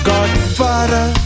Godfather